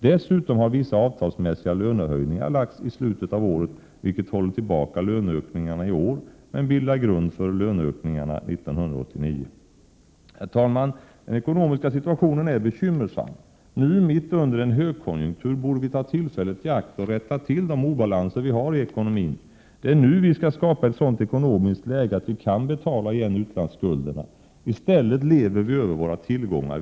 Dessutom har vissa avtalsmässiga lönehöjningar lagts i slutet av året, vilket håller tillbaka löneökningarna i år men bildar grund för löneökningarna 1989. Herr talman! Den ekonomiska situationen är bekymmersam. Nu, mitt under en högkonjunktur, borde vi ta tillfället i akt och rätta till de obalanser vi har i ekonomin. Det är nu vi skall skapa ett sådant ekonomiskt läge att vi kan betala igen utlandsskulderna. I stället lever vi över våra tillgångar.